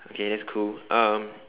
okay that's cool um